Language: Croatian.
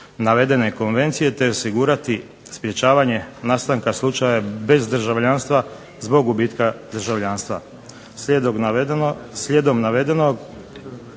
navedene konvencije, te osigurati sprječavanje nastanka slučaja bez državljanstva zbog gubitka državljanstva.